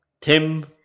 Tim